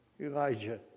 Elijah